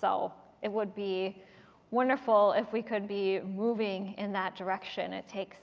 so it would be wonderful if we could be moving in that direction. it takes